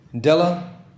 Della